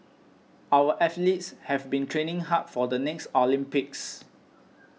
our athletes have been training hard for the next Olympics